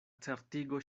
certigo